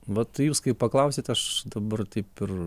vat jūs kai paklausėt aš dabar taip ir